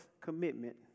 commitment